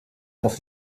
auf